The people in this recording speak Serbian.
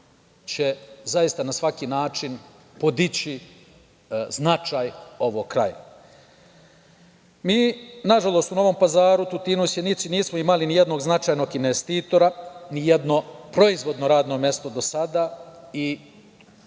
će zaista na svaki način podići značaj ovog kraja. Mi, nažalost, u Novom Pazaru, Tutinu, Sjenici nismo imali ni jednog značajnog investitora, ni jedno proizvodno radno mesto do sada, i